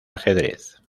ajedrez